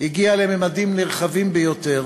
והגיעו לממדים נרחבים ביותר,